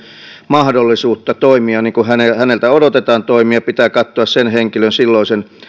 mahdollisuutta toimia niin kuin häneltä häneltä odotetaan pitää katsoa henkilön silloisen